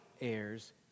heirs